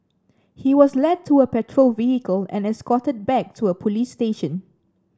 he was led to a patrol vehicle and escorted back to a police station